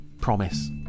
Promise